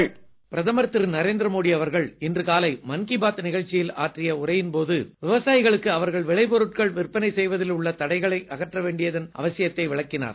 voice Mann Ki Baat voice பிரதமர் திரு நரேந்திர மோடி அவர்கள் இன்று காலை மன் கீ பாத் நிகழ்ச்சியில் ஆற்றிய உரையின் போது விவசாயிகளுக்கு அவர்கள் விளை பொருட்களை விற்பனை செய்வதில் உள்ள தடைகளை அகற்ற வேண்டியதன் அவசியத்தை விளக்கினார்